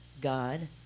God